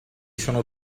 sono